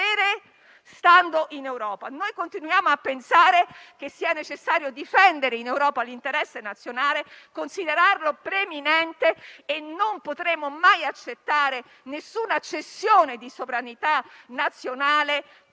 Noi continuiamo a pensare che sia necessario difendere, in Europa, l'interesse nazionale e considerarlo preminente. Non potremo mai accettare alcuna cessione di sovranità nazionale, come lei ha detto